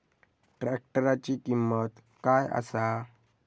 ट्रॅक्टराची किंमत काय आसा?